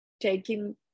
taking